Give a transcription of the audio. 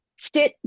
stit